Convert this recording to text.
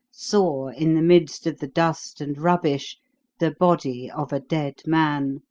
saw in the midst of the dust and rubbish the body of a dead man,